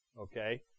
Okay